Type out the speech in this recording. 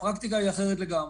הפרקטיקה היא אחרת לגמרי.